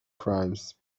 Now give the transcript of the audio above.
crimes